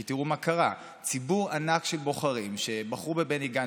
כי תראו מה קרה: ציבור ענק של בוחרים שבחרו בבני גנץ,